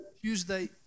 Tuesday